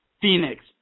Phoenix